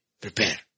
Prepare